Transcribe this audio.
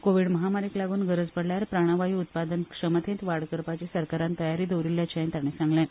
कोवीड महामारीक लागून गरज पडल्यार प्राणवायू उत्पादन क्षमतेत वाड करपाची सरकारान तयारी दवरिल्ल्याचें तांणी सांगलें